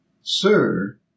Sir